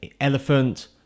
Elephant